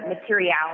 materiality